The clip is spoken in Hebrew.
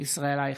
ישראל אייכלר,